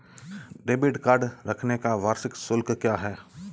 Debit card रखने का वार्षिक शुल्क क्या है?